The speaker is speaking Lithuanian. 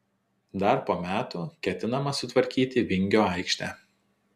dar po metų ketinama sutvarkyti vingio aikštę